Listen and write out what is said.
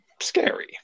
scary